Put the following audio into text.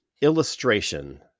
illustration